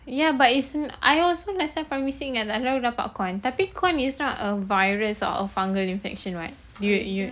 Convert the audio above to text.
ya but it's I also last time after that dapat corn tapi corn is not a virus or fungal infection [what] you you